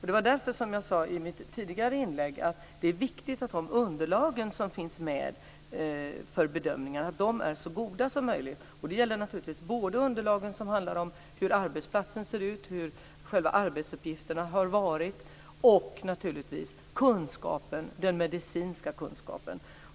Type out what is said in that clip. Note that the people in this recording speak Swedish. Det var därför som jag i mitt tidigare inlägg sade att det är viktigt att de underlag som finns med för bedömningar är så goda som möjligt. Det gäller naturligtvis underlagen som handlar om hur arbetsplatsen ser ut, vilka arbetsuppgifterna har varit och naturligtvis om den medicinska kunskapen.